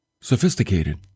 sophisticated